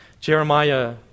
Jeremiah